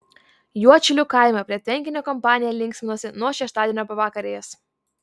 juodšilių kaime prie tvenkinio kompanija linksminosi nuo šeštadienio pavakarės